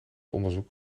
onderzoek